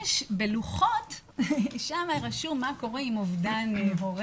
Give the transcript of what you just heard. בלוחות שם כתוב מה קורה עם אובדן הורה.